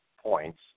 points